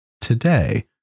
today